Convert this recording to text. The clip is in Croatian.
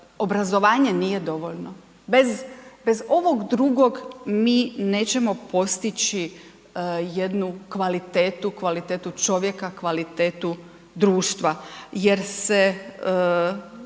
obrazovanje nije dovoljno, bez, bez ovog drugog mi nećemo postići jednu kvalitetu, kvalitetu čovjeka, kvalitetu društva jer se